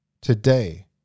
today